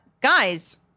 Guys